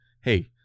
hey